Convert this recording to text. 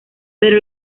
pero